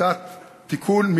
זו הצעת חוק ניירות ערך (תיקון,